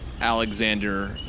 Alexander